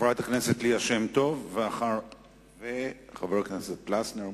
חברת הכנסת ליה שמטוב, ואחריה, חבר הכנסת פלסנר.